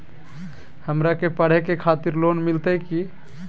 हमरा के पढ़े के खातिर लोन मिलते की?